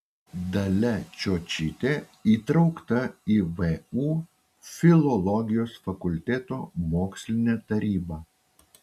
dalia čiočytė įtraukta į vu filologijos fakulteto mokslinę tarybą